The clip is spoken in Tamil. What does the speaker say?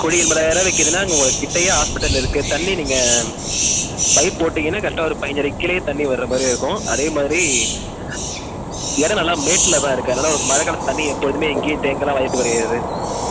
குழி எண்பதாயிர்ரூவா விற்குதுன்னா அங்கே கிட்டேயே ஹாஸ்பிட்டல் இருக்கு தண்ணி நீங்கள் பைப் போட்டிங்கன்னா கரெக்டாக ஒரு பதிஞ்சி அடிக்கு கீழேயே தண்ணி வர்ற மாதிரி இருக்கும் அதேமாதிரி இடம் நல்லா மேட்டுல தான் இருக்கு அதனால் ஒரு மழ காலத்தில் தண்ணி எப்போதுமே எங்கையும் தேங்கலாம் வாய்ப்பு கிடையாது